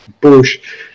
bush